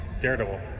daredevil